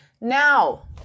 Now